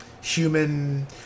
human